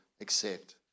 accept